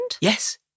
Yes